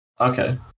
Okay